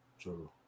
true